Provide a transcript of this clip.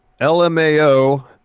LMAO